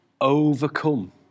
overcome